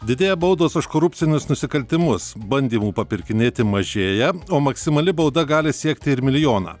didėja baudos už korupcinius nusikaltimus bandymų papirkinėti mažėja o maksimali bauda gali siekti ir milijoną